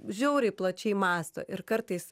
žiauriai plačiai mąsto ir kartais